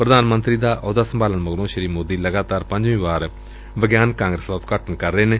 ਪ੍ਰਧਾਨ ਮੰਤਰੀ ਦਾ ਆਹੁਦਾ ਸੰਭਾਲਣ ਮਗਰੋਂ ਸ੍ਰੀ ਮੋਦੀ ਲਗਾਤਾਰ ਪੰਜਵੀਂ ਵਾਰ ਵਿਗਿਆਨ ਕਾਂਗਰਸ ਦਾ ਉਦਘਾਟਨ ਕਰ ਰਹੇ ਨੇ